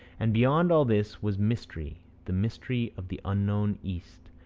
and beyond all this was mystery the mystery of the unknown east,